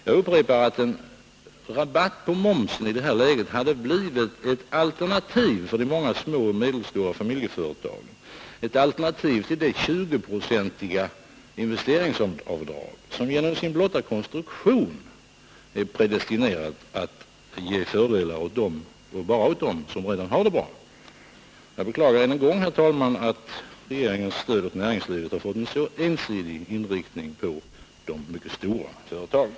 Jag upprepar att en rabatt på momsen i detta läge för de många små och medelstora familjeföretagen hade blivit ett alternativ till det 20-procentiga investeringsavdraget, som genom sin blotta konstruktion är predestinerat att ge fördelar bara åt dem som redan har det bra. Jag beklagar än en gång, herr talman, att regeringens stöd åt näringslivet har fått en så ensidig inriktning på de mycket stora företagen.